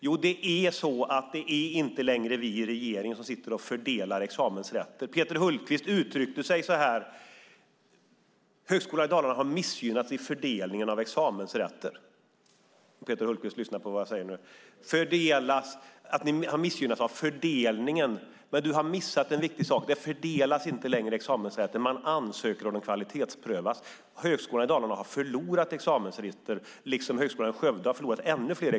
Jo, det är så att det inte längre är regeringen som sitter och fördelar examensrätter. Peter Hultqvist uttryckte sig så här: Högskolan Dalarna har missgynnats i fördelningen av examensrätter. Men han har missat en viktig sak. Det fördelas inte längre några examensrätter. Man ansöker om dem, och de kvalitetsprövas. Högskolan Dalarna har förlorat examensrätter, liksom Högskolan i Skövde som har förlorat ännu fler.